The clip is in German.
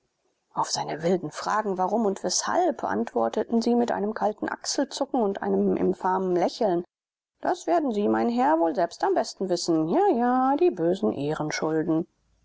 auf seine wilden fragen warum und weshalb antworteten sie mit einem kalten achselzucken und einem infamen lächeln das werden sie mein herr wohl selbst am besten wissen jaja die bösen ehrenschulden